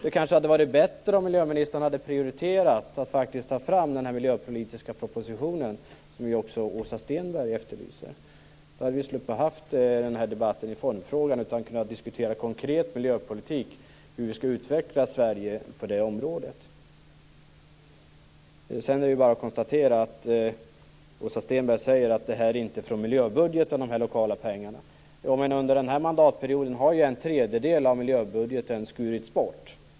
Det kanske hade varit bättre om miljöministern hade prioriterat att ta fram den miljöpolitiska propositionen, som också Åsa Stenberg efterlyser. Då hade vi sluppit debatten i formfrågan och kunnat diskutera konkret miljöpolitik och hur vi skall utveckla Sverige på det området. Det är bara att konstatera att Åsa Stenberg säger att de lokala pengarna inte kommer från miljöbudgeten. Men under denna mandatperiod har en tredjedel av miljöbudgeten skurits bort.